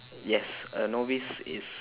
yes a novice is